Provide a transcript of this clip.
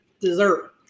dessert